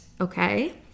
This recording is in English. Okay